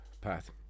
path